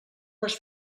les